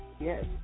Yes